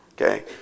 Okay